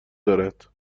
دارد